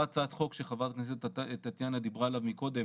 הצעת חוק שחברת הכנסת טטיאנה מזרסקי דיברה עליו קודם